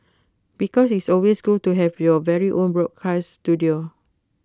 because it's always cool to have your very own broadcast Studio